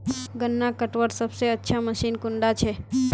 गन्ना कटवार सबसे अच्छा मशीन कुन डा छे?